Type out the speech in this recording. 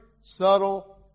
subtle